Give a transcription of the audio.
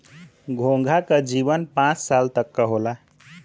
घोंघा क जीवन पांच साल तक क होला